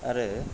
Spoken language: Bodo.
आरो